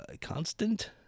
constant